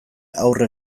aurre